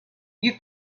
you